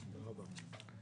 תודה רבה.